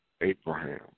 Abraham